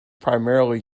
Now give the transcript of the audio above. primarily